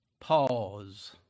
Pause